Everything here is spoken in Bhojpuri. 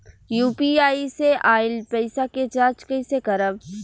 यू.पी.आई से आइल पईसा के जाँच कइसे करब?